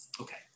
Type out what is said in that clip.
Okay